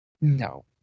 No